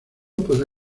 podrá